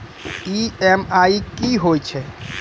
EMI कि होय छै?